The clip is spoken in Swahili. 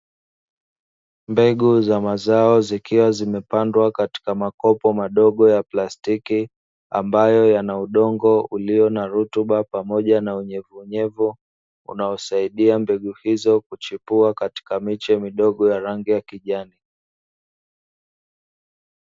Mbegu za mazao zikiwa zimepandwa katika makopo madogo ya plastiki, ambayo yana udongo ulio na rutuba pamoja na unyevunyevu unaosaidia mbegu hizo kuchipua katika miche midogo ya rangi ya kijani.